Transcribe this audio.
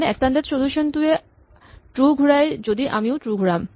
মানে এক্সটেন্ড চলুচ্যন টোৱেই ট্ৰো ঘূৰাই যদি আমিও ট্ৰো ঘূৰাম